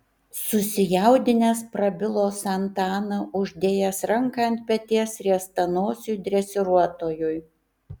susijaudinęs prabilo santa ana uždėjęs ranką ant peties riestanosiui dresiruotojui